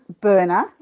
burner